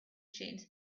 machines